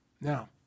Now